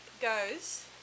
goes